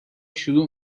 شروع